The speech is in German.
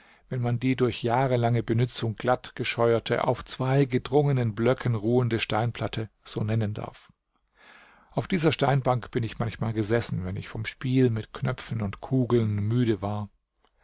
wenn man die durch jahrelange benützung glatt gescheuerte auf zwei gedrungenen blöcken ruhende steinplatte so nennen darf auf dieser steinbank bin ich manchmal gesessen wenn ich vom spiel mit knöpfen und kugeln müde war